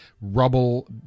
rubble